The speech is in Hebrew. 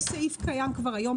יש בחוק סעיף קיים כבר היום,